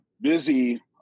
busy